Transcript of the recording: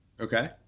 Okay